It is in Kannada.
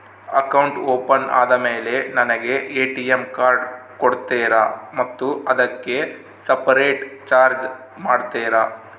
ಅಕೌಂಟ್ ಓಪನ್ ಆದಮೇಲೆ ನನಗೆ ಎ.ಟಿ.ಎಂ ಕಾರ್ಡ್ ಕೊಡ್ತೇರಾ ಮತ್ತು ಅದಕ್ಕೆ ಸಪರೇಟ್ ಚಾರ್ಜ್ ಮಾಡ್ತೇರಾ?